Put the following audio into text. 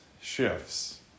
shifts